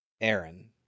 Aaron